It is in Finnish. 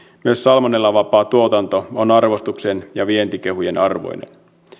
myös salmonellavapaa tuotanto on arvostuksen ja vientikehujen arvoinen